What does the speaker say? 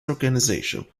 organization